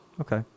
Okay